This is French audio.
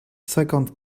cinquante